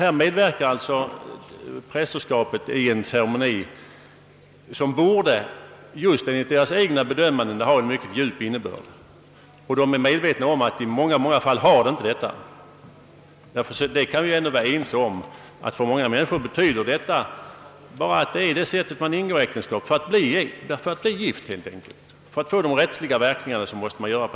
Prästerskapet medverkar i en ceremoni som enligt deras egen bedömning borde ha en mycket djup innebörd, fastän de är medvetna om att den i många fall inte har det. Vi kan väl ändå vara ense om att kyrkvigseln för många människor bara är det sätt man blir gift på; för att få till stånd de rättsliga verkningarna måste man göra så.